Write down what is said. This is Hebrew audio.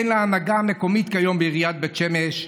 וכן להנהגה המקומית כיום בעיריית בית שמש.